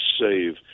save